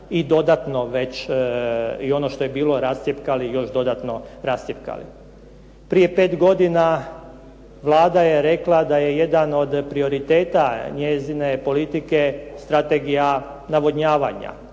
i dodatno već i ono što je bilo rascjepkali, još dodatno rascjepkali. Prije 5 godina Vlada je rekla da je jedan od prioriteta njezine politike Strategija navodnjavanja.